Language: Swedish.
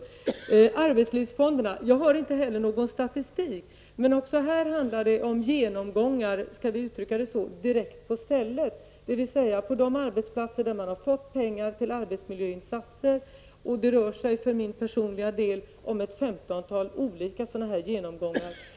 Beträffande arbetslivsfonderna har jag inte någon statistik, men här handlar det om genomgångar direkt på stället, på de arbetsplatser där man har fått pengar till arbetsmiljöinsatser. Det rör sig för min personliga del om ett femtontal genomgångar.